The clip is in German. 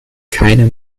keine